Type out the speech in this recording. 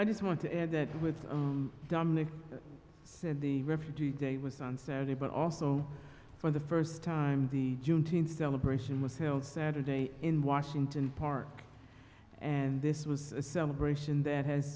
i just want to add that with dominic said the refugee day was on saturday but also for the first time the juneteenth celebration was held saturday in washington park and this was a celebration that has